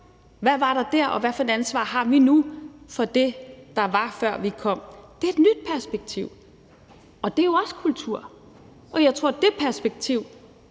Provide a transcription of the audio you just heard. hvad der var der, og hvad for et ansvar vi har nu for det, der var, før vi kom, er et nyt perspektiv, og det er jo også kultur. Jeg tror, at det perspektiv